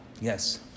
yes